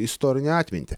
istorinę atmintį